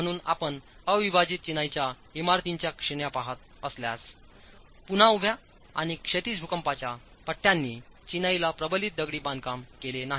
म्हणून आपण अविभाजित चिनाईच्या इमारतींच्या श्रेण्या पहात असल्यास पुन्हा उभ्या आणि क्षैतिज भूकंपाच्या पट्ट्यांनी चिनाईला प्रबलित दगडी बांधकाम केले नाही